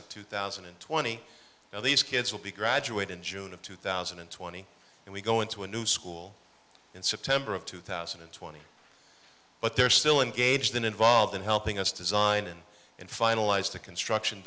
of two thousand and twenty now these kids will be graduate in june of two thousand and twenty and we go into a new school in september of two thousand and twenty but they're still in gauge that involved in helping us design and in finalized the construction